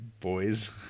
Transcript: boys